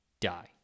die